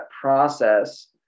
process